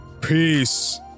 Peace